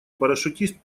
парашютист